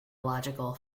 logical